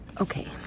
Okay